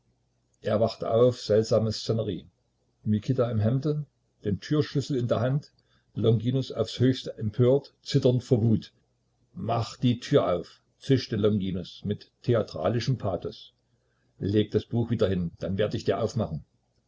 er wachte auf seltsame szenerie mikita im hemde den türschlüssel in der hand longinus aufs höchste empört zitternd vor wut mach die tür auf zischte longinus mit theatralischem pathos leg das buch wieder hin dann werd ich dir aufmachen